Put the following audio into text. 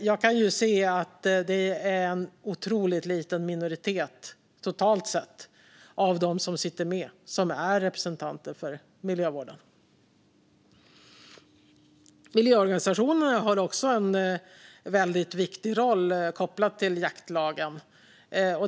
Jag kan se att det är en otroligt liten minoritet totalt sett av dem som sitter med som är representanter för miljövården. Miljöorganisationerna har också en viktig roll kopplad till jaktlagen.